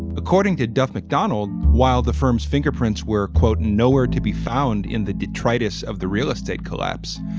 according to duff mcdonald. while the firm's fingerprints were, quote, nowhere to be found in the detritus of the real estate collapse,